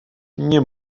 nie